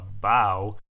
bow